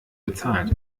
bezahlt